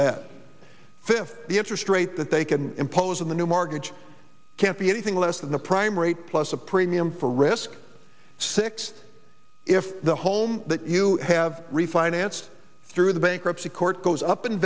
that if if the interest rate that they can impose on the new mortgage can't be anything less than the prime rate plus a premium for risk six if the home that you have refinanced through the bankruptcy court goes up in